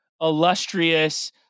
illustrious